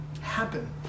happen